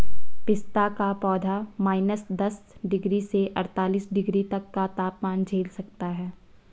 पिस्ता का पौधा माइनस दस डिग्री से अड़तालीस डिग्री तक का तापमान झेल सकता है